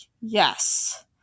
yes